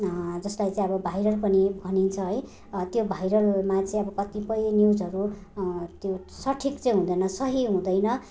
जसलाई चाहिँ अब भाइरल पनि भनिन्छ है त्यो भाइरलमा चाहिँ अब कतिपय न्युजहरू त्यो सठिक चाहिँ हुँदैन सही हुँदैन